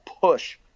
push